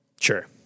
Sure